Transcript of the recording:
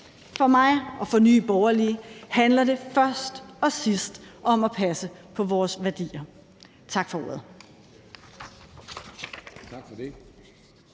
For mig og for Nye Borgerlige handler det først og sidst om at passe på vores værdier. Tak for ordet.